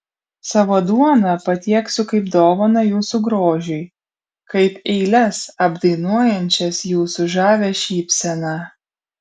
savo duoną patieksiu kaip dovaną jūsų grožiui kaip eiles apdainuojančias jūsų žavią šypseną